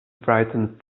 frightened